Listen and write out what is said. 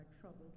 troubled